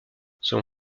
selon